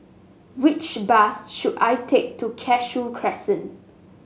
which bus should I take to Cashew Crescent